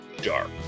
dark